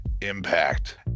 impact